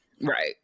right